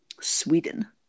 Sweden